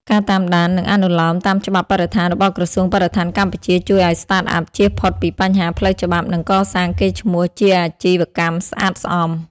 ការតាមដាន និងអនុលោមតាមច្បាប់បរិស្ថានរបស់ក្រសួងបរិស្ថានកម្ពុជា ជួយឱ្យ Startup ជៀសផុតពីបញ្ហាផ្លូវច្បាប់ និងកសាងកេរ្តិ៍ឈ្មោះជាអាជីវកម្មស្អាតស្អំ។